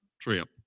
trip